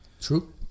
True